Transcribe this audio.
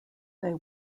they